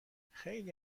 خیلی